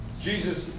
Jesus